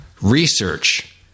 research